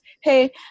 Hey